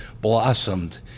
blossomed